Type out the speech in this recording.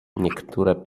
niektóre